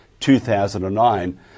2009